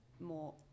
more